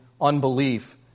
unbelief